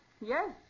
yes